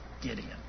Gideon